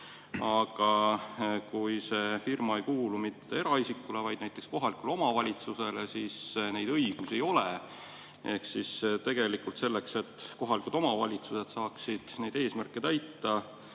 aga kui firma ei kuulu eraisikule, vaid näiteks kohalikule omavalitsusele, siis neid õigusi ei ole? Ehk siis tegelikult selleks, et kohalikud omavalitsused saaksid neid eesmärke täita